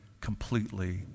completely